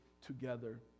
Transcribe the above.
together